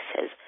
says